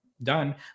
done